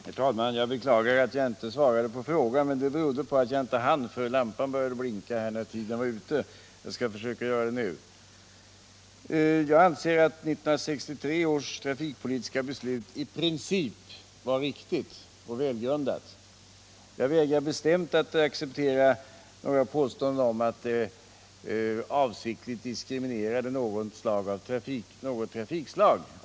Herr talman! Jag beklagar att jag inte svarade på frågan, men det berodde på att jag inte hann. Lampan började glimta, när tiden var ute. Jag skall försöka besvara frågan nu. Jag anser att 1963 års trafikpolitiska beslut i princip var riktigt och välgrundat. Jag vägrar bestämt att acceptera några påståenden om att det avsiktligt diskriminerade något trafikslag.